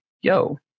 yo